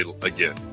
again